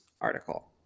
article